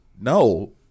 No